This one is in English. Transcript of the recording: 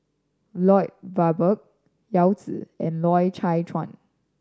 Lloyd Valberg Yao Zi and Loy Chye Chuan